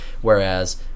whereas